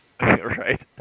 Right